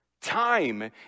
Time